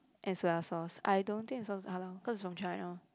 and soya sauce I don't think it's Halal cause it's from China